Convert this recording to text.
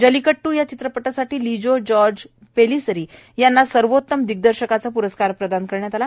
जलीकट्ट् या चित्रपटासाठी लिजो जोज पेलिसरी यांना सर्वोत्तम दिग्दर्शकाचा प्रस्कार प्रदान करण्यात आला